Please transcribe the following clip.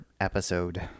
episode